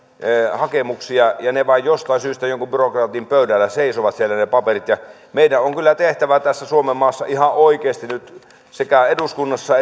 hakemuksia ja ne paperit vain jostain syystä jonkun byrokraatin pöydällä seisovat siellä meidän on kyllä tehtävä tässä suomenmaassa ihan oikeasti nyt sekä eduskunnassa